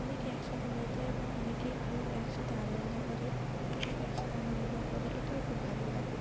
অনেকে একসাথে মিলিত হয় এবং অনেকে একসাথে আনন্দ করে অনেক একসাথে আনন্দ করে এটাও খুব ভাল লাগে